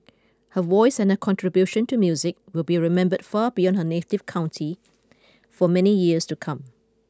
her voice and her contribution to music will be remembered far beyond her native county for many years to come